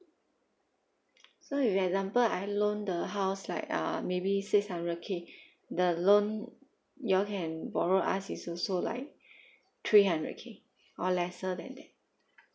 so if example I loan the house like uh maybe six hundred K the loan you all can borrow us is also like three hundred K or lesser than that